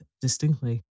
distinctly